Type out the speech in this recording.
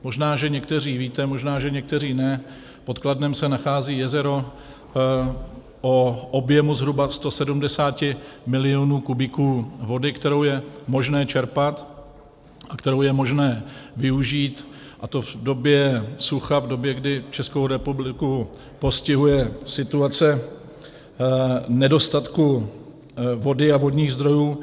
Možná že někteří víte, možná že někteří ne, pod Kladnem se nachází jezero o objemu zhruba 170 mil. kubíků vody, kterou je možné čerpat a kterou je možné využít, a to v době sucha, v době, kdy Českou republiku postihuje situace nedostatku vody a vodních zdrojů.